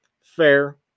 Fair